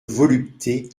volupté